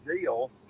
deal